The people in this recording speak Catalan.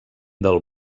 del